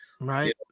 Right